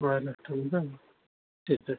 দু আড়াই লাখ টাকা দাম ঠিক আছে